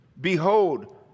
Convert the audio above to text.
Behold